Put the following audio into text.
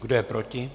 Kdo je proti?